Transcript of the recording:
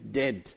dead